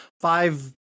five